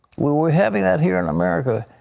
we're we're having that here in america.